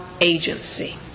agency